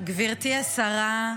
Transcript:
גברתי השרה,